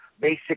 basic